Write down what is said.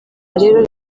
rero